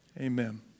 Amen